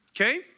Okay